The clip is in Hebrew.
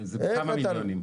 זה בכמה מיליונים.